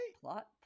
Plot